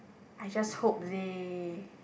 I just hope they